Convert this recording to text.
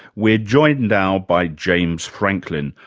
we're joined now by james franklin,